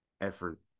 effort